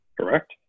Correct